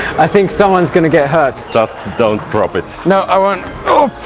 i think someone's gonna get hurt just don't drop it! no i won't!